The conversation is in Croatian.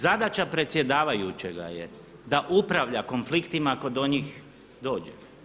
Zadaća predsjedavajućega je da upravlja konfliktima ako do njih dođe.